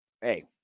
hey